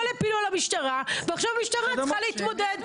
הכול הפילו על המשטרה ועכשיו המשטרה צריכה להתמודד,